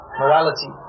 morality